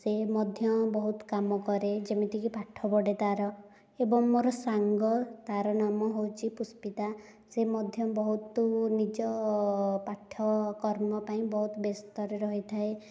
ସେ ମଧ୍ୟ ବହୁତ କାମ କରେ ଯେମିତିକି ପାଠ ପଢ଼େ ତାର ଏବଂ ମୋର ସାଙ୍ଗ ତାର ନାମ ହେଉଛି ପୁଷ୍ପିତା ସେ ମଧ୍ୟ ବହୁତ ନିଜ ପାଠ କର୍ମ ପାଇଁ ବହୁତ ବ୍ୟସ୍ତରେ ରହିଥାଏ